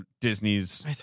Disney's